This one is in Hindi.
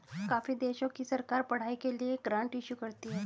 काफी देशों की सरकार पढ़ाई के लिए ग्रांट इशू करती है